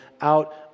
out